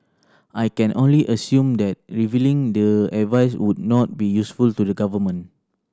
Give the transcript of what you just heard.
I can only assume that revealing the advice would not be useful to the government